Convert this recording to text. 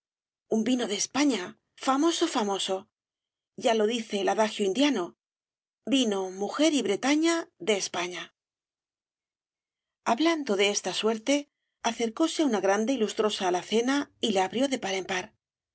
un vino de españa famoso famosol ya lo dice el adagio indiano vino mujer y bretaña de españa hablando de esta suerte acercóse á una grande y lustrosa alacena y la abrió de par en par